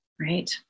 Right